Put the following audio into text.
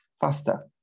faster